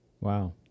Wow